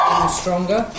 Stronger